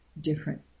different